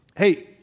hey